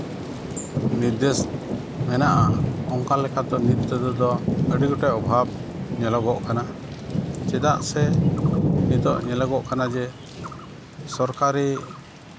ᱱᱤᱨᱫᱮᱥ ᱢᱮᱱᱟᱜᱼᱟ ᱚᱱᱠᱟ ᱞᱮᱠᱟᱛᱮ ᱱᱤᱛ ᱨᱮᱫᱚ ᱟᱹᱰᱤ ᱜᱚᱴᱮᱡ ᱚᱵᱷᱟᱵᱽ ᱧᱮᱞᱚᱜᱚᱜ ᱠᱟᱱᱟ ᱪᱮᱫᱟᱜ ᱥᱮ ᱱᱤᱛᱚᱜ ᱧᱮᱞᱚᱜᱚᱜ ᱠᱟᱱᱟ ᱡᱮ ᱥᱚᱨᱠᱟᱨᱤ